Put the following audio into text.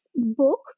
book